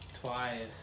twice